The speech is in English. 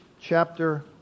chapter